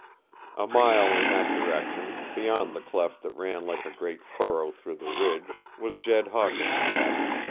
a mile in that direction, beyond the cleft that ran like a great furrow through the ridge, was jed hawkins' cabin,